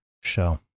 show